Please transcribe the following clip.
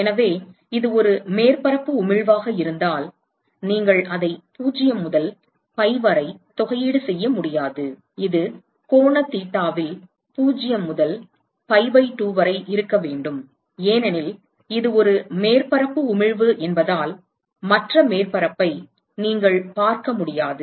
எனவே இது ஒரு மேற்பரப்பு உமிழ்வாக இருந்தால் நீங்கள் அதை 0 முதல் pi வரை தொகையீடு செய்ய முடியாது இது கோண தீட்டாவில் 0 முதல் pi பை 2 வரை இருக்க வேண்டும் ஏனெனில் இது ஒரு மேற்பரப்பு உமிழ்வு என்பதால் மற்ற மேற்பரப்பை நீங்கள் பார்க்க முடியாது